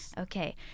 Okay